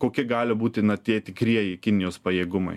kokie gali būti na tie tikrieji kinijos pajėgumai